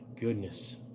goodness